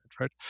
right